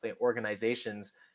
organizations